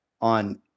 on